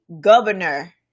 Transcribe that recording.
governor